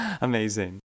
Amazing